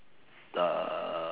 uh